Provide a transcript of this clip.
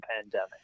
pandemic